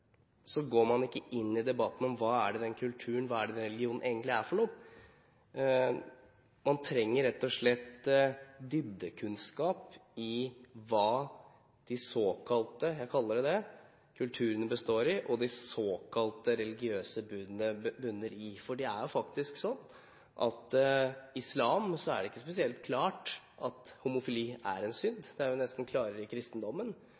Så er det spørsmål om hvordan vi greier å sørge for kunnskap i alle deler av hjelpeapparatet, fordi veldig mange blir redde når de hører at dette har med kultur og religion å gjøre. Man går ikke inn i debatten om hva den kulturen eller den religionen egentlig er for noe. Man trenger rett og slett dybdekunnskap om hva de såkalte – jeg kaller dem det – kulturene består i, og hva de såkalte religiøse budene bunner